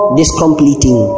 discompleting